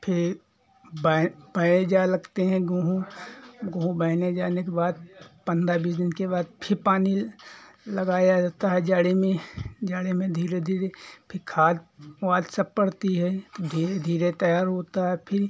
फिर बैं बै जा लगते हैं गेहूँ गेहूँ बैने जाने के बाद पन्द्रह बीस दिन के बाद फिर पानी लगाया जाता है जाड़े में जाड़े में धीरे धीरे फिर खाद वाद सब पड़ती है धीरे धीरे तैयार होता है फिर